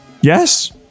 Yes